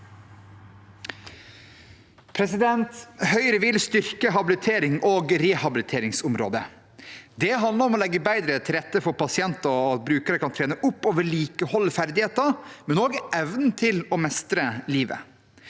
Høyre vil styrke habiliterings- og rehabiliteringsområdet. Det handler om å legge bedre til rette for at pasienter og brukere kan trene opp og vedlikeholde ferdigheter og også evnen til å mestre livet.